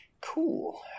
Cool